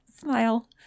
Smile